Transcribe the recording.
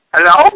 Hello